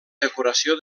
decoració